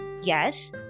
Yes